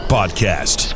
Podcast